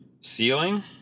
Ceiling